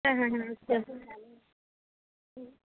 হ্যাঁ হ্যাঁ হ্যাঁ হুম